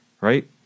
right